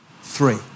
three